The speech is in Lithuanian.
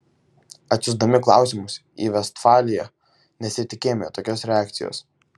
atsiųsdami klausimus į vestfaliją nesitikėjome tokios reakcijos